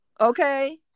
Okay